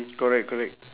correct correct